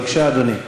בבקשה, אדוני.